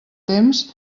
temps